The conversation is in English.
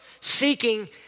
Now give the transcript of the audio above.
seeking